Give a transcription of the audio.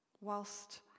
whilst